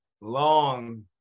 long